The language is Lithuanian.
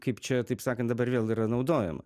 kaip čia taip sakan dabar vėl yra naudojama